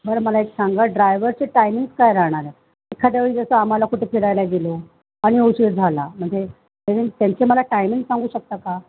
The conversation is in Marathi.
बरं मला एक सांगा ड्रायवरचे टायमिंग्स काय राहणार आहेत एखाद्या वेळी जसं आम्हाला कुठे फिरायला गेलो आणि उशीर झाला म्हणजे आय मीन त्यांचे मला टायमिंग सांगू शकता का